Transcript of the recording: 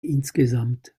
insgesamt